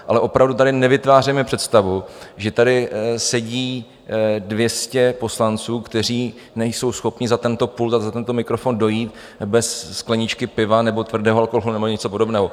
Ale opravdu tady nevytvářejme představu, že tady sedí 200 poslanců, kteří nejsou schopni za tento pult a za tento mikrofon dojít bez skleničky piva nebo tvrdého alkoholu nebo něco podobného.